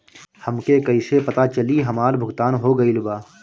हमके कईसे पता चली हमार भुगतान हो गईल बा?